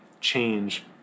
change